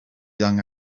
young